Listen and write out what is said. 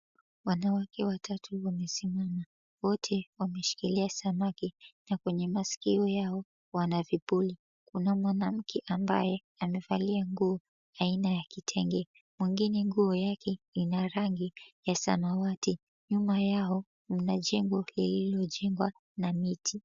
Wanawake watatu wamesimama. Wote wameshikilia samaki na kwenye masikio yao, wana vipuli. Kuna mwanamke ambaye, amevalia nguo aina ya kitenge. Mwengine nguo yake ina rangi ya samawati. Nyuma yao, mna jengo lililojengwa na miti.